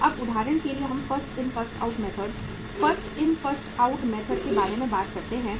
तो अब उदाहरण के लिए हम first in first out method first in first out method के बारे में बात करते हैं